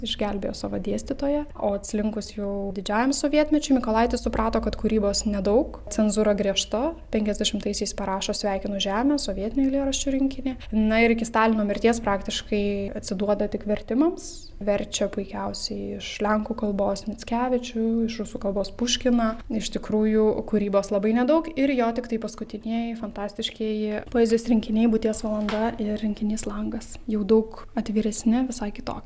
išgelbėjo savo dėstytoją o atslinkus jau didžiajam sovietmečiui mykolaitis suprato kad kūrybos nedaug cenzūra griežta penkiasdešimtaisiais parašo svekinu žemę sovietinių eilėraščių rinkinį na ir iki stalino mirties praktiškai atsiduoda tik vertimams verčia puikiausiai iš lenkų kalbos mickevičių iš rusų kalbos puškiną iš tikrųjų kūrybos labai nedaug ir jo tiktai paskutinieji fantastiškieji poezijos rinkiniai būties valanda ir rinkinys langas jau daug atviresni visai kitoki